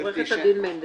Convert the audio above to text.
עורכת הדין מנדלסון.